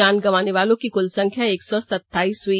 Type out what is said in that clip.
जान गंवाने वालों की कुल संख्या एक सौ सत्ताइस हुई